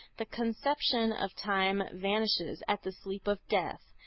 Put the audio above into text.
the conception of time vanishes at the sleep of death,